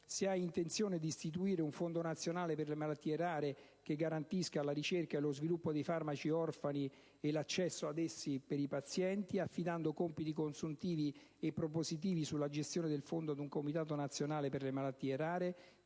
malattie rare, di istituire un fondo nazionale per le malattie rare, che garantisca la ricerca e lo sviluppo dei farmaci orfani e l'accesso ad essi per i pazienti, affidando compiti consuntivi e propositivi sulla gestione del fondo a un comitato nazionale per le malattie rare